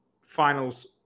finals